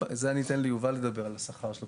אבל אני אתן ליובל לדבר על השכר של הפסיכולוגים.